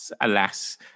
alas